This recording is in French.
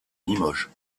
limoges